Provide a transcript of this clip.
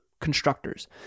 constructors